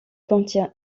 contient